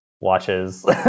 watches